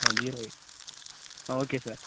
ஆ zero eight ஆ okay sir